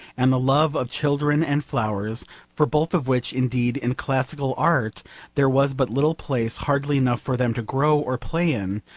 and the love of children and flowers for both of which, indeed, in classical art there was but little place, hardly enough for them to grow or play in,